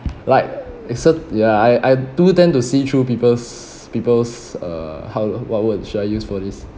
like it's cer~ ya I I do tend to see through people's people's uh how uh what word should I use for this